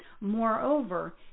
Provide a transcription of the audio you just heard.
Moreover